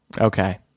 Okay